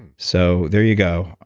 so, there you go.